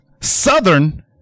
Southern